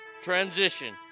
transition